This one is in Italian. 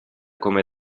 come